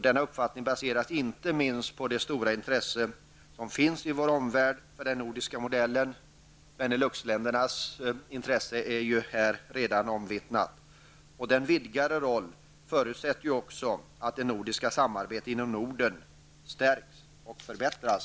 Denna uppfattning baseras inte minst på det stora intresse som finns i vår omvärld för den nordiska modellen. Benelux-ländernas intresse är ju här redan omvittnat. Denna vidgade roll förutsätter också, herr talman, att samarbetet mellan de nordiska länderna inom Norden stärks och förbättras.